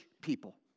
people